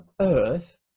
earth